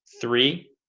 Three